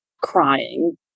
crying